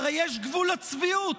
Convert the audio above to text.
הרי יש גבול לצביעות.